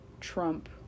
Trump